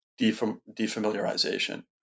defamiliarization